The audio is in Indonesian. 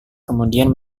kemudian